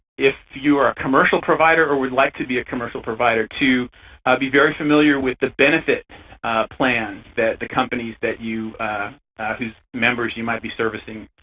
if you are a commercial provider or would like to be a commercial provider, to ah be very familiar with the benefit plans that the companies that you whose members you might be servicing